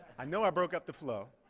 i know i broke up the flow.